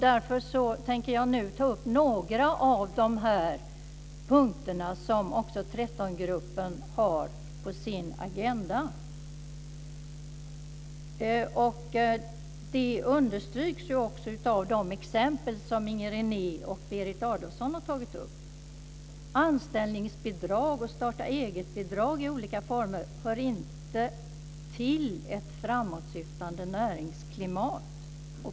Därför tänker jag nu ta upp några av de punkter som 13-gruppen har på sin agenda. Det understryks också av de exempel som Inger René och Berit Adolfsson har tagit upp. Anställningsbidrag och starta-eget-bidrag i olika former hör inte till ett framåtsyftande näringsklimat.